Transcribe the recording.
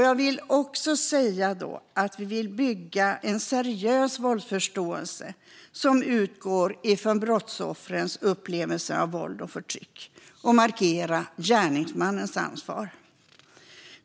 Jag vill också säga att vi vill bygga en seriös våldsförståelse som utgår från brottsoffrens upplevelser av våld och förtryck och markera gärningsmannens ansvar.